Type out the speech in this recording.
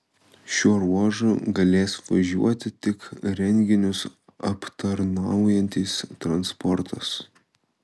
šiuo ruožu galės važiuoti tik renginius aptarnaujantis transportas